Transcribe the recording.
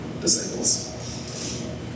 disciples